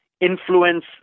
influence